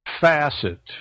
facet